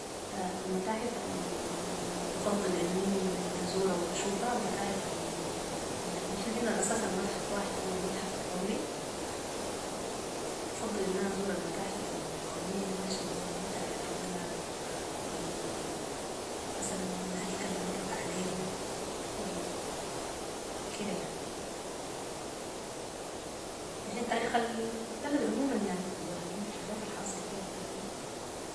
المتاحف البفضل اني ازورها و اشوفها المتاحف يعني نحن اساسا عندنا متحف واحد هو المتحف القومي وبفضل اني ازور المتاحف القومية يعني عشان بوريني تاريخ البلد و المثلن المماليك المرت عليهو وال- كده يعني يعني تاريخ البلد عموما يعني بوريني الحاجات الحاصل فيها في البلد